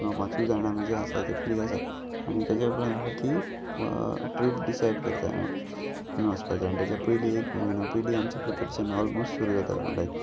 किंवा पांचूय जाणां आमी जे आसा ते फ्री आसा आनी तेज्या उपरांत हांवें ती ट्रीप डिसायड करत वचपाचें आनी तेच्या पयलीं एक म्हयनो पयलीं आमचे प्रिपरेशन ऑलमोस्ट सुरू जाता लायक